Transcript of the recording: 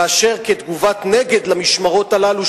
וכתגובת נגד למשמרות הללו,